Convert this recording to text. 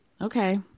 Okay